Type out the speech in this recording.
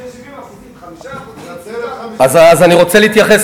של 70% בנצרת, אז אני רוצה להתייחס.